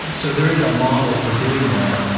so there is a model for doing that,